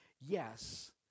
yes